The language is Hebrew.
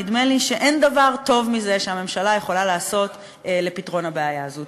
נדמה לי שאין דבר טוב מזה שהממשלה יכולה לעשות לפתרון הבעיה הזאת.